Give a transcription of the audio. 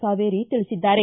ಕಾವೇರಿ ತಿಳಿಸಿದ್ದಾರೆ